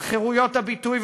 על חירויות הביטוי,